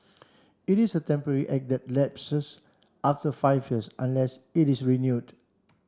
it is a temporary act that lapses after five years unless it is renewed